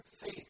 faith